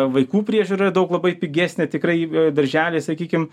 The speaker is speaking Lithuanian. vaikų priežiūra daug labai pigesnė tikrai darželiai sakykim